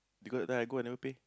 because then I go I never paid